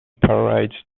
parades